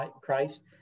Christ